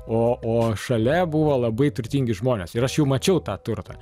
o o šalia buvo labai turtingi žmonės ir aš jų mačiau tą turtą